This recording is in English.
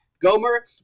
Gomer